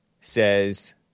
says